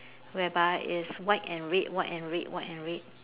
whereby it's white and red white and red white and red